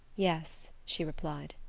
yes, she replied.